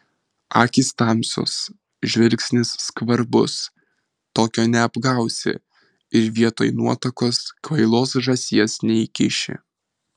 akys tamsios žvilgsnis skvarbus tokio neapgausi ir vietoj nuotakos kvailos žąsies neįkiši